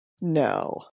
no